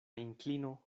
inklino